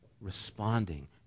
responding